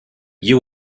you